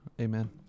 Amen